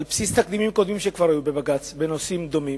על בסיס תקדימים קודמים שכבר היו בבג"ץ בנושאים דומים,